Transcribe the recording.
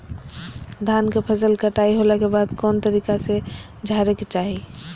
धान के फसल कटाई होला के बाद कौन तरीका से झारे के चाहि?